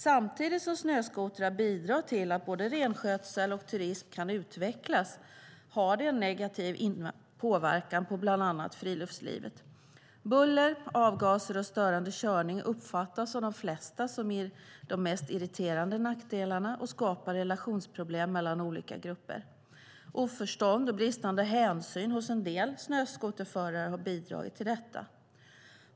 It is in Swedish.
Samtidigt som snöskotrar bidrar till att både renskötsel och turism kan utvecklas har de en negativ påverkan på bland annat friluftslivet. Buller, avgaser och störande körning uppfattas av de flesta som de mest irriterande nackdelarna och skapar relationsproblem mellan olika grupper. Oförstånd och bristande hänsyn hos en del snöskoterförare har bidragit till detta.